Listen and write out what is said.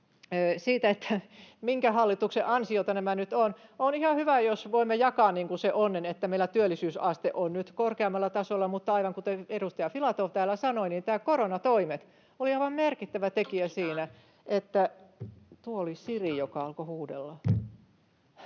kyseli, minkä hallituksen ansiota nämä nyt ovat. On ihan hyvä, jos voimme jakaa sen onnen, että meillä työllisyysaste on nyt korkeammalla tasolla, mutta aivan kuten edustaja Filatov täällä sanoi, niin nämä koronatoimet oli aivan merkittävä tekijä siinä, että [Puhujan puhelin